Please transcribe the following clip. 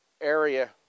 area